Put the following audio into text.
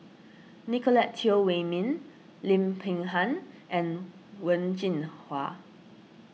Nicolette Teo Wei Min Lim Peng Han and Wen Jinhua